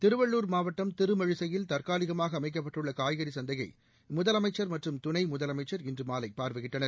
திருவள்ளூர் மாவட்டம் திருமழிசையில் தற்காலிகமாக அமைக்கப்பட்டுள்ள காய்கறி சந்தையை முதலமைச்சர் மற்றும் துணை முதலமைச்சர் இன்று மாலை பார்வையிட்டனர்